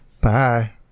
Bye